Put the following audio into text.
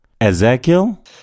Ezekiel